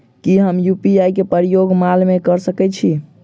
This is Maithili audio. की हम यु.पी.आई केँ प्रयोग माल मै कऽ सकैत छी?